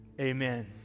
amen